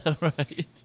Right